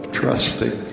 trusting